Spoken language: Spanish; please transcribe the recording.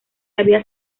había